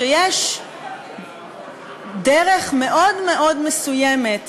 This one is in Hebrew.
שיש דרך מאוד מאוד מסוימת,